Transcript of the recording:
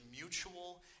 mutual